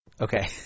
Okay